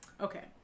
Okay